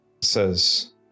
says